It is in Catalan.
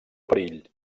perill